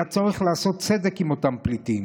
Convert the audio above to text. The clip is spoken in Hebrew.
היה צורך לעשות צדק עם אותם פליטים,